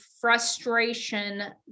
frustration